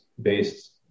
based